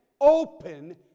Open